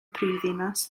brifddinas